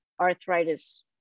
arthritis